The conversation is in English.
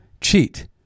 cheat